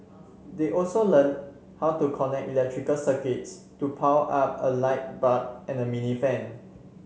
they also learnt how to connect electrical circuits to power up a light bulb and a mini fan